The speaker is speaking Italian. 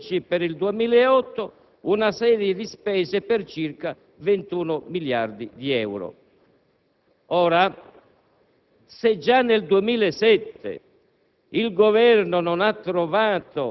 ci presenta con la tabella III.13 per il 2008 una serie di spese per circa 21 miliardi di euro. Ora,